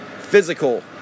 physical